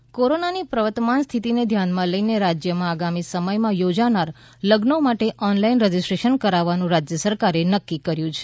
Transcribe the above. લઝો online કોરોનાની પ્રવર્તમાન સ્થિતિને ધ્યાનમાં લઇને રાજ્યમાં આગામી સમયમાં યોજાનાર લગ્નો માટે ઓનલાઇન રજીસ્ટ્રેશન કરાવવાનું રાજ્ય સરકારે નક્કી કર્યું છે